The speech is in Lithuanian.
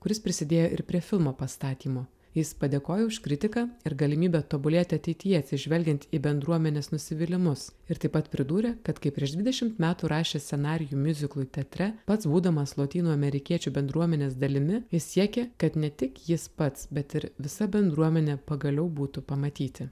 kuris prisidėjo ir prie filmo pastatymo jis padėkojo už kritiką ir galimybę tobulėti ateityje atsižvelgiant į bendruomenės nusivylimus ir taip pat pridūrė kad kai prieš dvidešimt metų rašė scenarijų miuziklui teatre pats būdamas lotynų amerikiečių bendruomenės dalimi jis siekė kad ne tik jis pats bet ir visa bendruomenė pagaliau būtų pamatyti